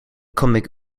comic